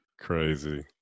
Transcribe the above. crazy